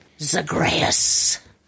Zagreus